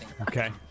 Okay